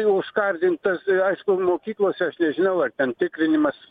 užkardint tas aišku mokyklose aš nežinau ar ten tikrinimas